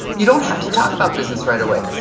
you don't have to talk about business right away,